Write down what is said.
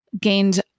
gained